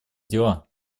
дела